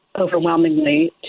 overwhelmingly